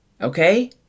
okay